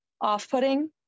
off-putting